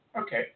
okay